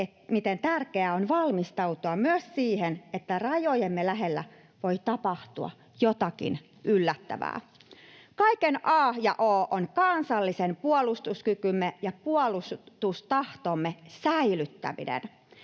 miten tärkeää on valmistautua myös siihen, että rajojemme lähellä voi tapahtua jotakin yllättävää. Kaiken a ja o on kansallisen puolustuskykymme ja puolustustahtomme säilyttäminen.